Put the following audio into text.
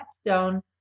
stone